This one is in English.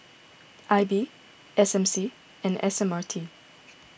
I B S M C and S M R T